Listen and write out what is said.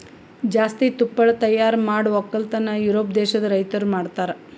ಜಾಸ್ತಿ ತುಪ್ಪಳ ತೈಯಾರ್ ಮಾಡ್ ಒಕ್ಕಲತನ ಯೂರೋಪ್ ದೇಶದ್ ರೈತುರ್ ಮಾಡ್ತಾರ